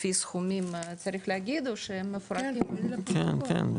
לפי סכומים, צריך להגיד, או שמפורט --- כן, כן.